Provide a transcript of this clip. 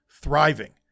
thriving